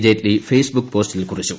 Jaitley Facebook പോസ്റ്റിൽ കുറിച്ചു